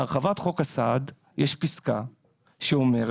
בהרחבת חוק הסעד יש פסקה שאומרת